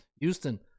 Houston